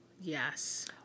Yes